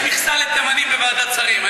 יש מכסה לתימנים בוועדת שרים.